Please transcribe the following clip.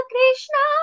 Krishna